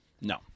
No